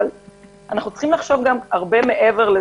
אבל צריך לחשוב הרבה מעבר,